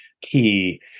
key